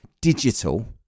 Digital